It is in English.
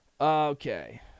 Okay